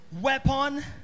weapon